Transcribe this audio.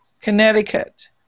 Connecticut